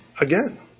again